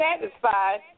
satisfied